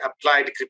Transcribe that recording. applied